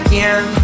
Again